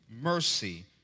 mercy